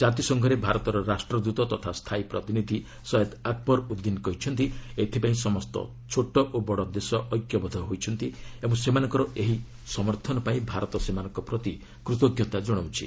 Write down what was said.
ଜାତିସଂଘରେ ଭାରତର ରାଷ୍ଟ୍ରଦୂତ ତଥା ସ୍ଥାୟୀ ପ୍ରତିନିଧି ସୟେଦ ଆକବର ଉଦ୍ଦିନ କହିଛନ୍ତି ଏଥିପାଇଁ ସମସ୍ତ ଛୋଟ ଓ ବଡ ଦେଶ ଐକ୍ୟବଦ୍ଧ ହୋଇଛନ୍ତି ଓ ସେମାନଙ୍କର ଏହି ସମର୍ଥନ ପାଇଁ ଭାରତ ସେମାନଙ୍କ ପ୍ରତି କୃତଜ୍ଞତା କଣାଉଛି